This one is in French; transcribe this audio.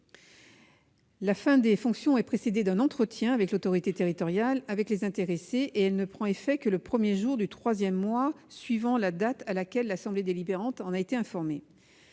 La fin des fonctions est précédée d'un entretien entre l'autorité territoriale et les intéressés. Elle ne prend effet que le premier jour du troisième mois suivant la date à laquelle l'assemblée délibérante en a été informée.